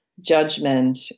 judgment